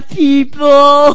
people